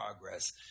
progress